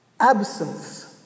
Absence